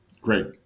Great